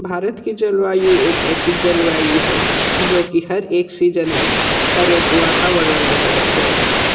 भारत की जलवायु एक ऐसे जलवायु है जो कि हर एक सीजन में हर एक वातावरण में बदलते रहता है